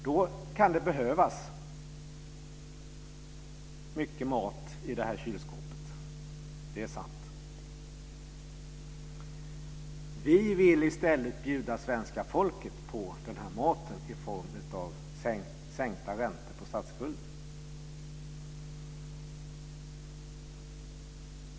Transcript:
Då kan det behövas mycket mat i det här kylskåpet. Det är sant. Vi vill i stället bjuda svenska folket på den här maten i form av sänkta räntor på statsskulden.